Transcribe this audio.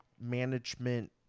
management